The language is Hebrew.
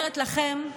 אומרת לכם: